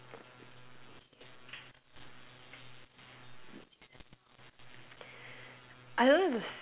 oh